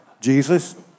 Jesus